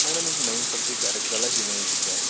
madam एक नवीन subject add झाला आहे ह्यूमॅनिटीचा